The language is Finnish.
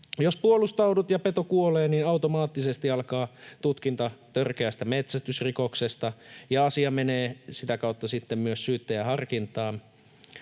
Jos puolustaudut ja peto kuolee, niin automaattisesti alkaa tutkinta törkeästä metsästysrikoksesta ja asia menee sitä kautta sitten myös syyttäjän harkintaan.